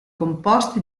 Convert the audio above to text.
composti